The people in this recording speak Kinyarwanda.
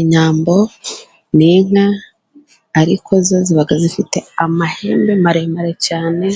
Inyambo ni inka, ariko zo ziba zifite amahembe maremare cyane